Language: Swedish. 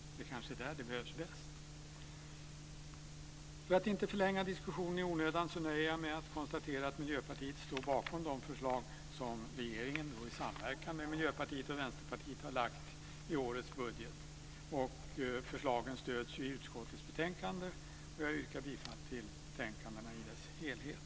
Det är kanske där det behövs bäst. För att inte förlänga diskussionen i onödan nöjer jag mig med att konstatera att Miljöpartiet står bakom de förslag som regeringen i samverkan med Miljöpartiet och Vänsterpartiet har lagt fram i årets budget. Förslagen stöds i utskottets betänkanden, och jag yrkar alltså bifall till förslagen i betänkandena i dess helhet.